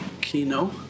Kino